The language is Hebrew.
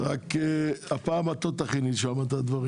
רק הפעם את לא תכיני שם את הדברים.